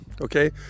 okay